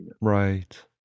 right